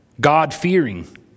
God-fearing